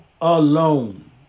alone